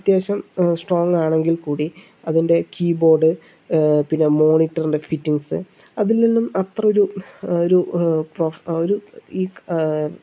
അത്യാവിശ്യം സ്ട്രോങ്ങ് ആണെങ്കിൽ കൂടി അതിന്റെ കീബോർഡ് പിന്നെ മോണിറ്ററിൻ്റെ ഫിറ്റിംഗ്സ് അതിലൊന്നും അത്ര ഒരു ഒരു ഒരു